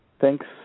Thanks